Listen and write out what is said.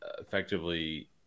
effectively